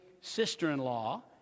sister-in-law